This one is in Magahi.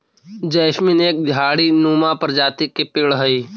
जैस्मीन एक झाड़ी नुमा प्रजाति के पेड़ हई